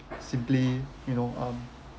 simply you know um